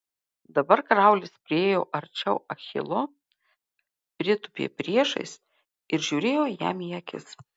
dabar kraulis priėjo arčiau achilo pritūpė priešais ir žiūrėjo jam į akis